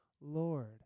Lord